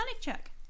check